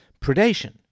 predation